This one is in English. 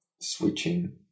switching